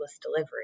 delivery